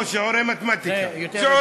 או שיעורי מתמטיקה.